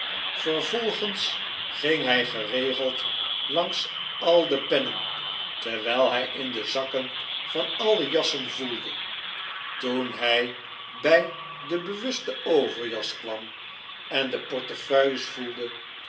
vervolgens ging hy geregeld langs al de pennen terwyl hy in de zakken van alle jassen voelde toen hij by de be wuste overjas kwam en de portefeuille voelde